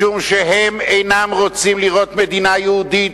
משום שהם אינם רוצים לראות מדינה יהודית.